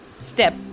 step